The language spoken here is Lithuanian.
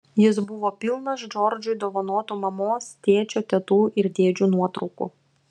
jis buvo pilnas džordžui dovanotų mamos tėčio tetų ir dėdžių nuotraukų